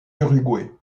uruguay